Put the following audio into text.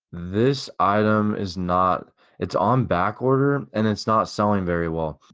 this item is not it's on back order and it's not selling very well.